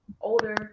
older